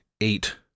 eight